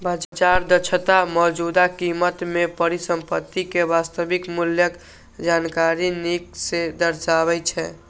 बाजार दक्षता मौजूदा कीमत मे परिसंपत्ति के वास्तविक मूल्यक जानकारी नीक सं दर्शाबै छै